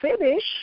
finish